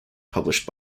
published